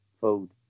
food